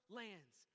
lands